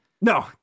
No